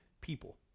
people